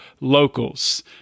locals